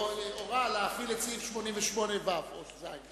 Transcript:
הורה להפעיל את סעיף 88(ו) או 88(ז).